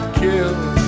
killed